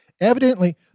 Evidently